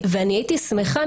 ואני הייתי שמחה,